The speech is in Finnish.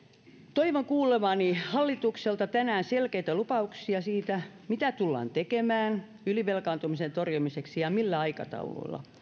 toivon kuulevani hallitukselta tänään selkeitä lupauksia siitä mitä tullaan tekemään ylivelkaantumisen torjumiseksi ja millä aikataululla